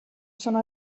sono